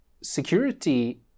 security